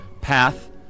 path